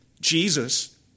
Jesus